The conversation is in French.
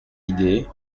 idée